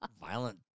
Violent